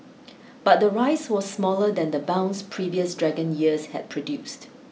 but the rise was smaller than the bounce previous Dragon years had produced